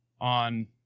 on